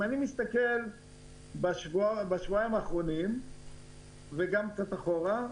אם אני מסתכל בשבועיים האחרונים וגם קצת אחורה,